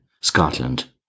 Scotland